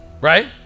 right